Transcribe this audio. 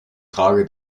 trage